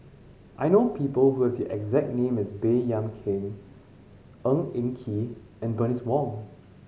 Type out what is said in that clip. I know people who have the exact name as Baey Yam Keng Ng Eng Kee and Bernice Wong